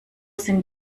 sind